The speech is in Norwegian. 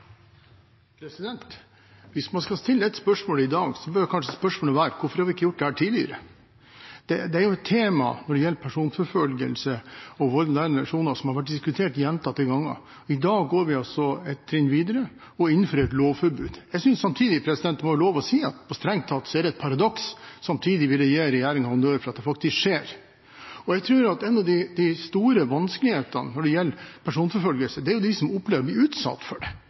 Hvis man skal stille et spørsmål i dag, bør kanskje spørsmålet være hvorfor vi ikke har gjort dette tidligere. Når det gjelder personforfølgelse og vold i nære relasjoner, er det et tema som har vært diskutert gjentatte ganger. I dag går vi altså et trinn videre og innfører et lovforbud. Jeg synes det må være lov å si at det strengt tatt er et paradoks. Samtidig vil jeg gi regjeringen honnør for at det faktisk skjer. Jeg tror at en av de store vanskelighetene når det gjelder personforfølgelse, er de som opplever å bli utsatt for det.